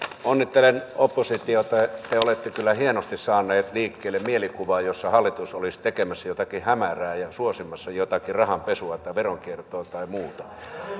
onnittelen oppositiota että te olette kyllä hienosti saaneet liikkeelle mielikuvan jossa hallitus olisi tekemässä jotakin hämärää ja suosimassa jotakin rahanpesua tai veronkiertoa tai muuta